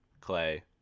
Clay